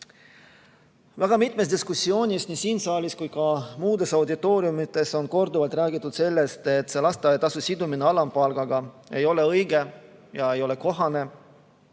Väga mitmes diskussioonis nii siin saalis kui ka muudes auditooriumides on korduvalt räägitud sellest, et lasteaiatasu sidumine alampalgaga ei ole õige ega kohane.